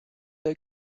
they